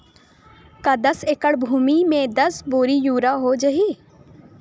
का दस एकड़ भुमि में दस बोरी यूरिया हो जाही?